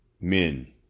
men